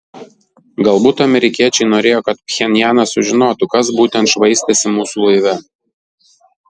galbūt amerikiečiai norėjo kad pchenjanas sužinotų kas būtent švaistėsi mūsų laive